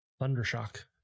Thundershock